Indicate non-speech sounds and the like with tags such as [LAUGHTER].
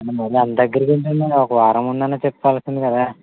[UNINTELLIGIBLE] ఒక వారం ముందైనా చెప్పాల్సింది కదా